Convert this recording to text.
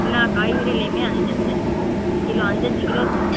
எல்லா காய்கறிலையுமே அஞ்சு அஞ்சு கிலோ அஞ்சஞ்சு கிலோ வேணும்